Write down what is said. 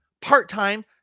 part-time